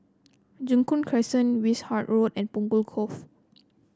Joo Koon Crescent Wishart Road and Punggol Cove